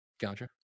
Gotcha